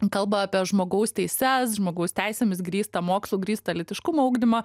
kalba apie žmogaus teises žmogaus teisėmis grįstą mokslu grįstą lytiškumo ugdymą